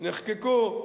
נחקקו,